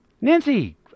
Nancy